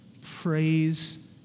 Praise